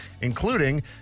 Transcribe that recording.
including